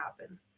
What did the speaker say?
happen